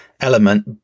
element